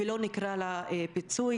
ולא נקרא לה "פיצוי",